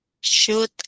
shoot